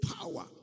power